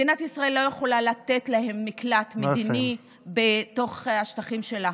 מדינת ישראל לא יכולה לתת להם מקלט מדיני בתוך השטחים שלה,